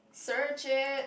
search it